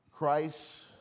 Christ